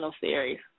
series